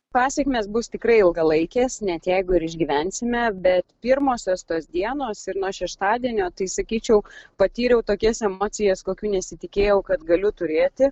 pasekmės bus tikrai ilgalaikės net jeigu ir išgyvensime bet pirmosios tos dienos ir nuo šeštadienio tai sakyčiau patyriau tokias emocijas kokių nesitikėjau kad galiu turėti